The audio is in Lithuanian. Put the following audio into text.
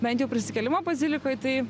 bent jau prisikėlimo bazilikoj tai